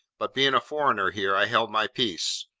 but being a foreigner here, i held my peace.